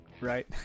Right